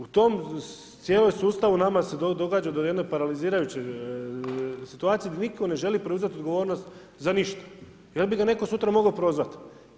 U tom cijelom sustavu nama se događa do jedne paralizirajuće situacije gdje nitko ne želi preuzeti odgovornost za ništa, jer bi ga netko sutra mogao prozvati.